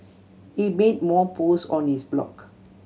he made more post on his blog